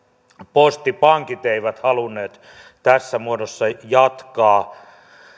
postipankit eivät halunneet tässä muodossa jatkaa